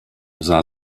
sah